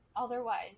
Otherwise